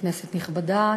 כנסת נכבדה,